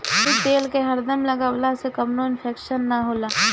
इ तेल के हरदम लगवला से कवनो इन्फेक्शन ना होला